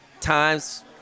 times